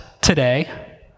today